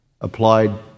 applied